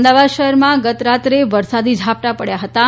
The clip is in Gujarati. અમદાવાદ શહેરમાં ગત રાત્રે વરસાદી ઝા ટાં ડ્યાં હતાં